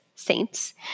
saints